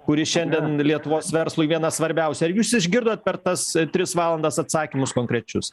kuri šiandien lietuvos verslui viena svarbiausių ar jūs išgirdot per tas tris valandas atsakymus konkrečius